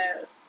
Yes